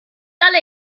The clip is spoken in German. alle